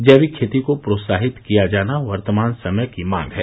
जैविक खेती को प्रोत्साहित किया जाना वर्तमान समय की मांग है